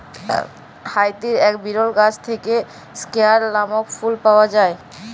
হাইতির এক বিরল গাছ থেক্যে স্কেয়ান লামক ফুল পাওয়া যায়